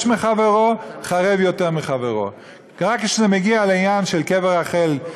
מחברו חרב יותר מחברו" רק כשזה מגיע לעניין של קבר רחל,